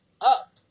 up